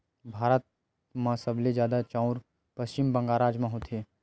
भारत म सबले जादा चाँउर पस्चिम बंगाल राज म होथे